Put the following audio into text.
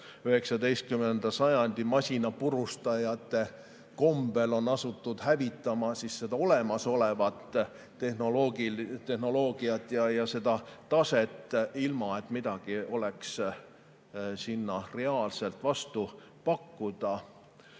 19. sajandi masinapurustajate kombel asutud hävitama olemasolevat tehnoloogiat ja taset, ilma et midagi oleks sinna reaalselt vastu pakkuda.